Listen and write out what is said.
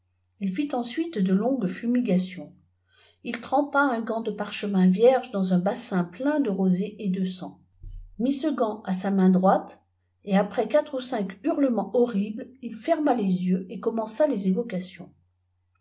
il fit ensuite je ongqps fymi gatioiis il trempa un gant de parchemin vierge dans un bfssii plein de rosée et de sang mit ce ganta sa main droite et âpx quatre ou cinq hurlements horribles il ferma les yeux et commença les évocations